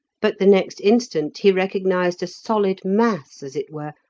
but the next instant he recognised a solid mass, as it were,